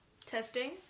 Testing